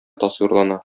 тасвирлана